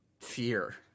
fear